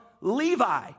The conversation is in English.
Levi